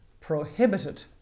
prohibited